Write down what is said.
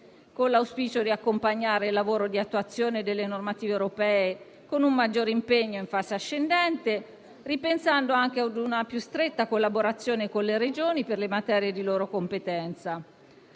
con l'auspicio di accompagnare il lavoro di attuazione delle normative europee con un maggiore impegno in fase ascendente, ripensando anche a una più stretta collaborazione con le Regioni per le materie di loro competenza.